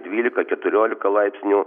dvylika keturiolika laipsnių